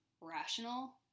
rational